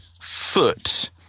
foot